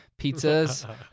pizzas